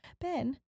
Ben